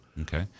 Okay